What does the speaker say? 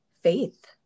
faith